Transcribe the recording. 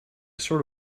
sort